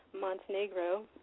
Montenegro